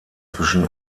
zwischen